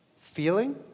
Feeling